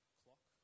clock